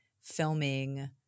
filming